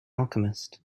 alchemist